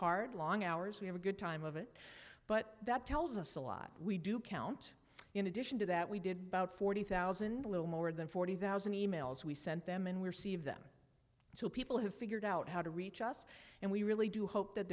hard long hours we have a good time of it but that tells us a lot we do count in addition to that we did about forty thousand little more than forty thousand e mails we sent them and we're c of them so people have figured out how to reach us and we really do hope that